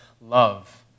love